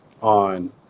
on